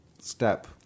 step